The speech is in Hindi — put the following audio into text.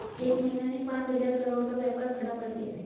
एक महिला ने पांच हजार करोड़ का व्यापार खड़ा कर दिया